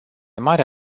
mare